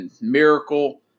miracle